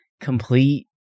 complete